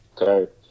Okay